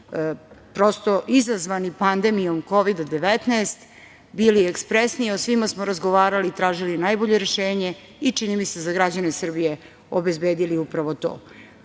prosto izazvani pandemijom Kovida-19, bili ekspresni, o svima smo razgovarali, tražili najbolje rešenje i čini mi se za građane Srbije obezbedili upravo to. Sve